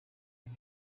and